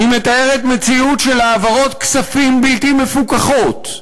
היא מתארת מציאות של העברות כספים בלתי מפוקחות,